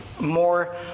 more